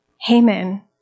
Haman